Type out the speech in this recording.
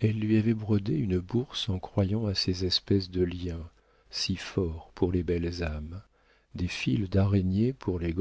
elle lui avait brodé une bourse en croyant à ces espèces de liens si forts pour les belles âmes des fils d'araignée pour les